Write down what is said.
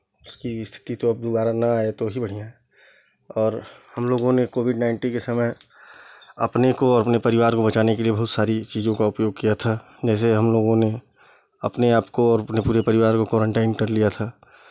उसकी स्थिति तो अब दुबारा ना आए तो ही बढ़ियाँ है और हम लोगों ने कोविड नाइंटीन के समय अपने को अपने परिवार को बचाने के लिए बहुत सारे चीज़ों का उपयोग किया था जैसे हम लोगों ने अपने आपको और अपने परिवार को कोरेंटाइन कर लिया था